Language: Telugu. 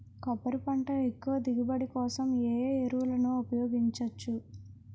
కొబ్బరి పంట ఎక్కువ దిగుబడి కోసం ఏ ఏ ఎరువులను ఉపయోగించచ్చు?